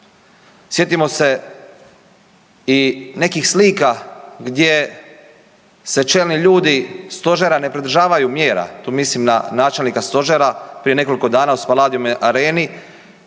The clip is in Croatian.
Sjetimo se i nekih slika gdje se čelni ljudi stožera ne pridržavaju mjera, tu mislim na načelnika stožera, prije nekoliko dana u Spaladium areni